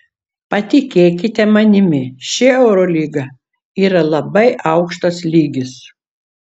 patikėkite manimi ši eurolyga yra labai aukštas lygis